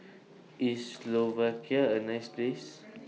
IS Slovakia A nice Place